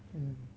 mm